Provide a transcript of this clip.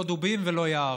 לא דובים ולא יער.